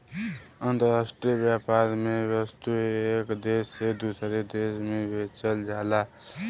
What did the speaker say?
अंतराष्ट्रीय व्यापार में वस्तु एक देश से दूसरे देश में बेचल जाला